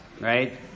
Right